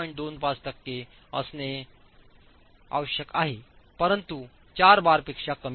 25 टक्के असणे आवश्यक आहे परंतु 4 बार पेक्षा कमी नाही